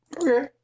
Okay